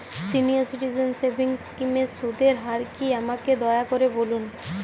senior citizen savings স্কিমের সুদের হার কী আমাকে দয়া করে বলুন